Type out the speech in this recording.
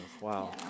Wow